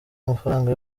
amafaranga